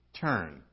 turn